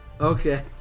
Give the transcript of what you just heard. Okay